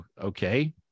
okay